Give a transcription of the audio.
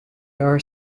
are